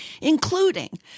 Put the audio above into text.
including